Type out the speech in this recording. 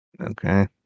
Okay